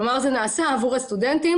כלומר, זה נעשה עבור הסטודנטים.